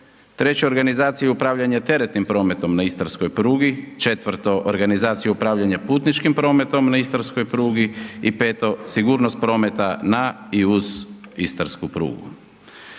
treće organizacija i upravljanje teretnim prometom na Istarskoj prugi, četvrto organizacija upravljanja putničkim prometom na Istarskoj prugi i peto sigurnost prometa na i uz Istarsku prugu.